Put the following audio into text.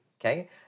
okay